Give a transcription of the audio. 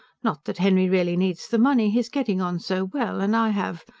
not that henry really needs the money he is getting on so well and i have.